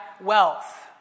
wealth